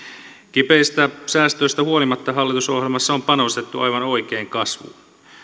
kipeistä säästöistä huolimatta hallitusohjelmassa on panostettu aivan oikein kasvuun